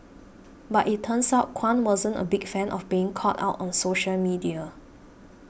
but it turns out Kwan wasn't a big fan of being called out on social media